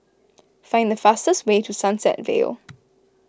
find the fastest way to Sunset Vale